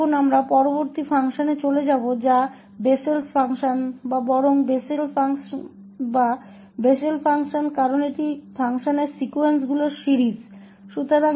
अब हम अगले फलन की ओर बढ़ेंगे जो कि बेसेल का फलन है या बल्कि बेसेल फलन है क्योंकि यह फलनों के अनुक्रम की श्रृंखला है